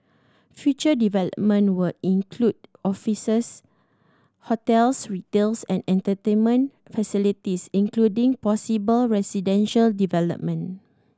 future development will include offices hotels retails and entertainment facilities including possible residential development